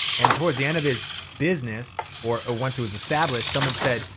and towards the end of his business or ah once it was established, someone said,